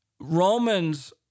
Romans